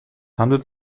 handelt